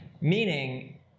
Meaning